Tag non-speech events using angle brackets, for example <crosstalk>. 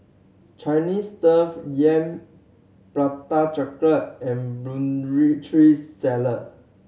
Chinese <unintelligible> Yam Prata Chocolate and Putri Salad